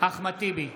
אחמד טיבי,